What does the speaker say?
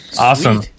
Awesome